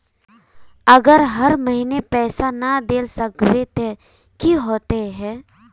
अगर हर महीने पैसा ना देल सकबे ते की होते है?